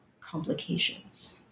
complications